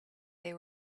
they